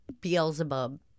Beelzebub